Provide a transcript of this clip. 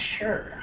sure